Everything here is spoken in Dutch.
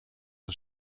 een